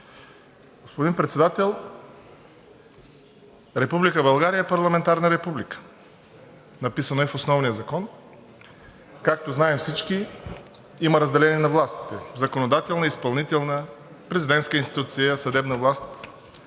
Господин Председател, Република България е парламентарна република – написано е в Основния закон. Както знаем всички, има разделение на властите – законодателна, изпълнителна, президентска институция, съдебна власт.